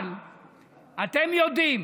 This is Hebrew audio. אבל אתם יודעים